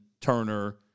Turner